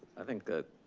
i think that.